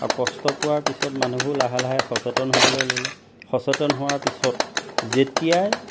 আৰু কষ্ট পোৱাৰ পিছত মানুহবোৰ লাহে লাহে সচেতন হ'বলৈ ল'লে সচেতন হোৱাৰ পিছত যেতিয়াই